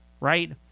right